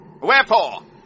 Wherefore